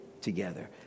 together